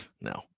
No